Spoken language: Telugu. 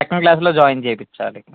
సెకండ్ క్లాస్లో జూయిన్ చెయ్యించాలి